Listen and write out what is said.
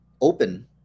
open